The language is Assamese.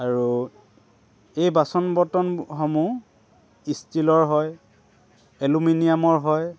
আৰু এই বাচন বৰ্তনসমূহ ষ্টীলৰ হয় এলুমিনিয়ামৰ হয়